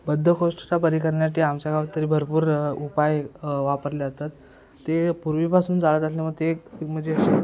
बद्धकोष्ठता बरी करण्यासाठी आमच्या गावात तरी भरपूर उपाय वापरले जातात ते पूर्वीपासून जाळत असल्यामुळे ते एक म्हणजे असे